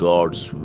God's